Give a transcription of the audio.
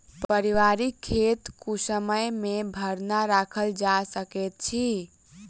पारिवारिक खेत कुसमय मे भरना राखल जा सकैत अछि